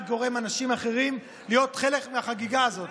גורם לאנשים אחרים להיות חלק מהחגיגה הזאת.